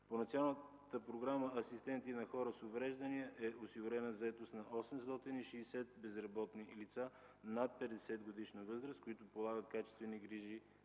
По Националната програма „Асистенти на хора с увреждания” е осигурена заетост на 860 безработни лица над 50-годишна възраст, които полагат качествени грижи